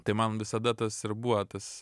tai man visada tas ir buvo tas